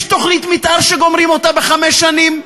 יש תוכנית מתאר שגומרים בחמש שנים?